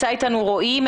דברי טעם.